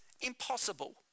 Impossible